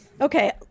Okay